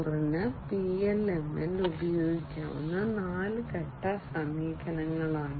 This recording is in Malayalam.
0 ന് PLM ന് ഉപയോഗിക്കാവുന്ന 10 ഘട്ട സമീപനങ്ങളാണിവ